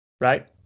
right